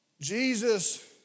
Jesus